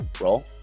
roll